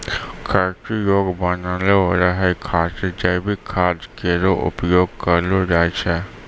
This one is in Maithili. खेती योग्य बनलो रहै खातिर जैविक खाद केरो उपयोग करलो जाय छै